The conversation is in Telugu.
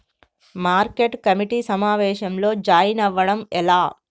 మార్కెట్ కమిటీ సమావేశంలో జాయిన్ అవ్వడం ఎలా?